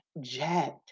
jacked